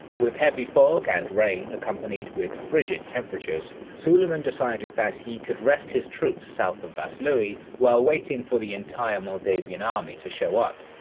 with heavy fog and rain accompanied with frigid temperatures, suleiman decided that he could rest his troops south of vaslui while waiting for the entire moldavian army to show up.